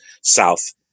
south